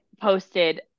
posted